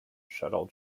shuttle